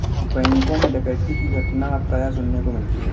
बैंकों मैं डकैती की घटना प्राय सुनने को मिलती है